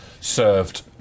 served